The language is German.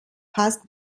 fast